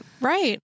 Right